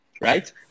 right